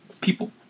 People